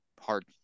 Hard